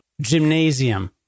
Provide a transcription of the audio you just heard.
Gymnasium